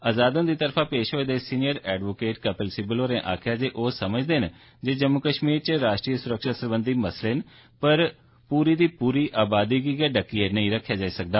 आजाद हुंदी तरफा पेश होए दे सीनियर एडवोकेट कपिल सिब्बल होरें आखेआ जे ओड़ समझदे न जे जम्मू कश्मीर च राष्ट्री सुरक्षा सरबंधी मसले न पर पूरी दी पूरी आबादी गी डक्कियै नेई रक्खेआ जाई सकदा